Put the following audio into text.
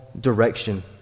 direction